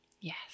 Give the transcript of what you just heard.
Yes